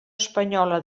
espanyola